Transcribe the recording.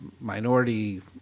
minority